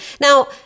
Now